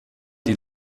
die